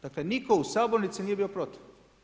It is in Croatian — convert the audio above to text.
Dakle, nitko u sabornici nije bio protiv.